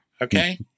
Okay